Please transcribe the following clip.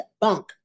bunk